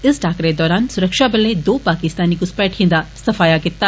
इस टाकरे दौरान सुरक्षाबले दो पाकिस्तानी घुसपैठिए दा सफाया कीता